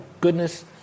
goodness